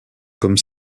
comme